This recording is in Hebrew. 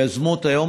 אדוני היושב-ראש.